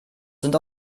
sind